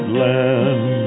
land